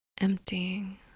Emptying